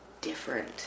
different